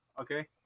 okay